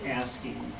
asking